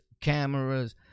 cameras